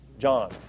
John